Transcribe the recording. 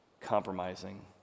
compromising